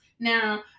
now